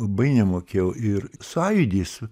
labai nemokėjau ir sąjūdis